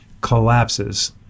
collapses